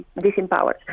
disempowered